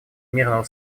мирного